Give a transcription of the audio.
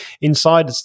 inside